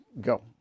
Go